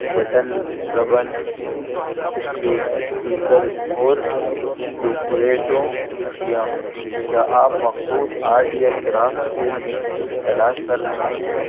button ribbon stick stickers اور decorative اشیاء کیا آپ مخصوص آرٹ یا کرافٹ کے لیے کچھ تلاش کر رہے ہیں